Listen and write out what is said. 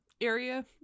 area